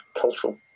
cultural